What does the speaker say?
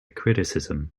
criticism